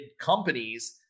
companies